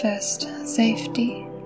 safety